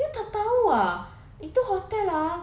you tak tahu ah itu hotel ah